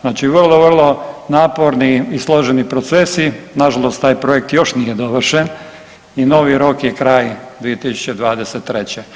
Znači vrlo, vrlo naporni i složeni procesi, nažalost taj projekt još nije dovršen i novi rok je kraj 2023.